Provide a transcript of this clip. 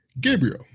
Gabriel